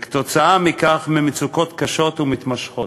וכתוצאה מכך, ממצוקות קשות ומתמשכות.